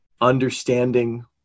understanding